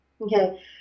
okay